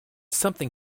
something